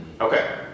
Okay